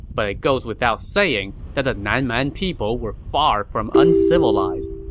but it goes without saying that the nan man people were far from uncivilized,